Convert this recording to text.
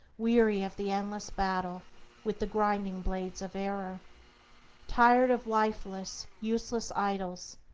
weary of the endless battle with the grinding blades of error tired of lifeless, useless idols,